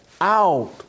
out